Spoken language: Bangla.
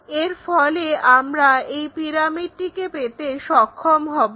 এর ফলে আমরা এই পিরামিডটিকে পেতে সক্ষম হবো